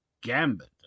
gambit